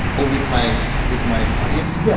oh with my with my audience? yeah.